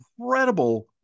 incredible